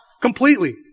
completely